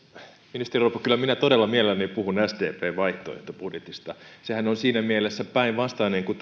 ministeri orpo kyllä minä todella mielelläni puhun sdpn vaihtoehtobudjetista sehän on siinä mielessä päinvastainen kuin